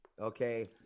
okay